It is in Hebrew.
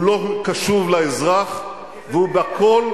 הוא לא קשוב לאזרח, כי זה ביבי אשם.